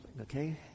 Okay